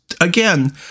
again